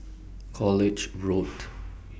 College Road